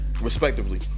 Respectively